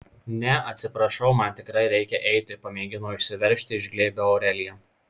ne atsiprašau man tikrai reikia eiti pamėgino išsiveržti iš glėbio aurelija